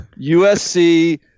USC